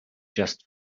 just